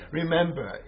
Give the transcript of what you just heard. remember